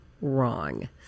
wrong